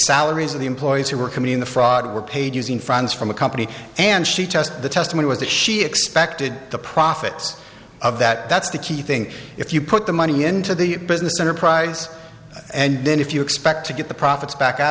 salaries of the employees who were committing the fraud were paid using funds from the company and she test the testimony was that she expected the profits of that that's the key thing if you put the money into the business enterprise and then if you expect to get the profits back out